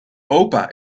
opa